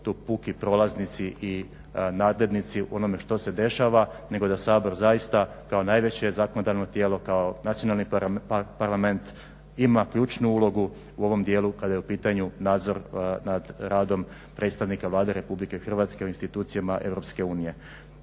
tu puki prolaznici i nadglednici u onome što se dešava nego da Sabor zaista kao najveće zakonodavno tijelo, kao nacionalni Parlament ima ključnu ulogu u ovom dijelu kada je u pitanju nadzor nad radom predstavnika Vlade RH u institucijama EU. Isto tako